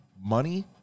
money